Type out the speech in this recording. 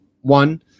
One